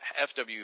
fw